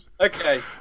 Okay